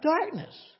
darkness